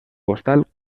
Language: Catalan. postal